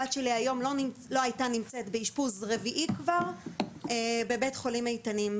הבת שלי היום לא הייתה נמצאת באשפוז רביעי כבר בבית חולים איתנים.